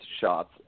shots